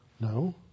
No